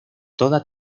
toda